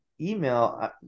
email